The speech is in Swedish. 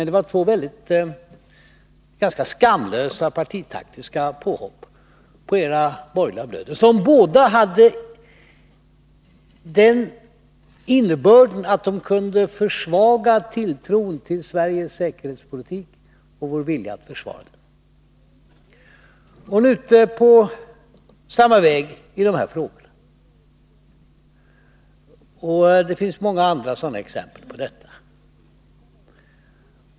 Det var två ganska skamlösa partitaktiska påhopp på era borgerliga bröder som båda hade den innebörden att de kunde försvaga tilltron till Sveriges säkerhetspolitik och till vår vilja att försvara den. Nu är ni ute på samma väg i de här frågorna. Det finns många exempel på detta.